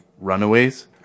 Runaways